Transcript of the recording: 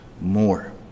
More